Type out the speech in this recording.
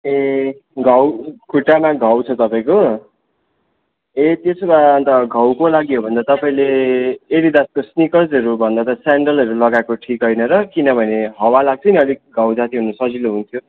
ए घाउ खुट्टामा घाउ छ तपाईँको ए त्यसो भए अन्त घाउको लागि हो भने त तपाईँले एडिडासको स्निकर्सहरू भन्दा त स्यान्डलहरू लगाएको ठिक होइन र किनभने हवा लाग्छ अलिक घाउ जाती हुनु सजिलो हुन्थ्यो